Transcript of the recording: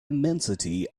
immensity